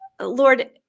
Lord